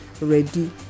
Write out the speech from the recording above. ready